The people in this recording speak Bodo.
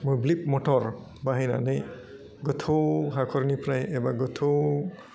मोब्लिब मटर बाहायनानै गोथौ हाखरनिफ्राय एबा गोथौ